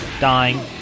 Dying